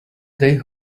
they